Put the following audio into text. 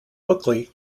buckley